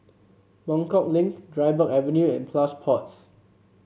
Buangkok Link Dryburgh Avenue and Plush Pods